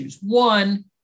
One